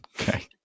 Okay